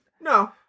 No